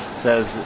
says